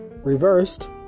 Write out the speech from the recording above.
Reversed